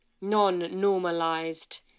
non-normalized